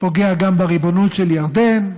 פוגע גם בריבונות של ירדן,